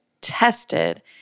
tested